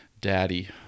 Daddy